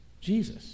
Jesus